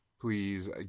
please